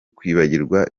kwibagirwa